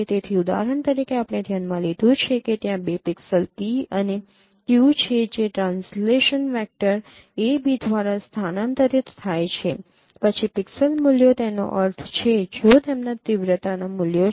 તેથી ઉદાહરણ તરીકે આપણે ધ્યાનમાં લીધું છે કે ત્યાં બે પિક્સેલ 'p' અને 'q' છે જે ટ્રાન્સલેશન વેક્ટર a b દ્વારા સ્થાનાંતરિત થાય છે પછી પિક્સેલ મૂલ્યો તેનો અર્થ છે જો તેમના તીવ્રતા મૂલ્યો છે